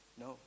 No